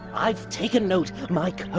i've taken notes like